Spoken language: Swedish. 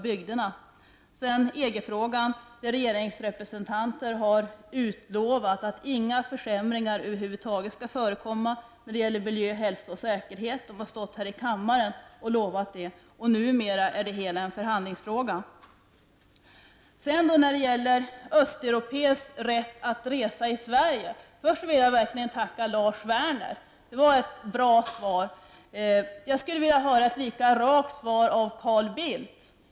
Jag tänker vidare på EG-frågan, där regeringsrepresentanter här i kammaren har utlovat att inga försämringar över huvud taget skall förekomma när det gäller miljö, hälsa och säkerhet är det -- numera en förhandlingsfråga. Så till frågan om östeuropéers rätt att resa i Sverige. Först vill jag verkligen tacka Lars Werner. Det var ett bra svar han gav. Jag skulle vilja höra ett lika rakt svar från Carl Bildt.